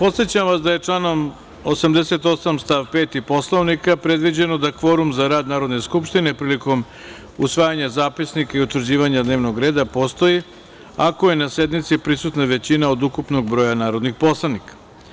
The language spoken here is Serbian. Podsećam vas da je članom 88. stav 5. Poslovnika predviđeno da kvorum za rad Narodne skupštine prilikom usvajanja zapisnika i utvrđivanja dnevnog reda postoji ako je na sednici prisutna većina od ukupnog broja narodnih poslanika.